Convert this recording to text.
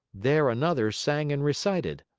there another sang and recited.